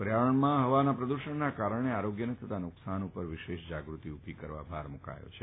પર્યાવરણમાં હવાના પ્રદૂષણના કારણે આરોગ્યને થતા નુકસાન પર વિશેષ જાગૃતિ ઉભી કરવા પર ભાર મૂકવામાં આવ્યો છે